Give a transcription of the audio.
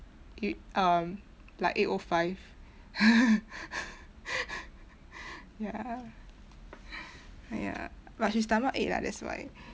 e~ uh like eight O five ya ya but she stomach ache lah that's why